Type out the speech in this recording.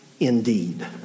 Indeed